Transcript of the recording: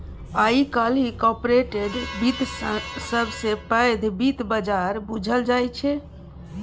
आइ काल्हि कारपोरेट बित्त सबसँ पैघ बित्त बजार बुझल जाइ छै